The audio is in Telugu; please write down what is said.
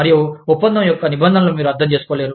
మరియు ఒప్పందం యొక్క నిబంధనలు మీరు అర్థం చేసుకోలేరు